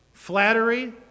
Flattery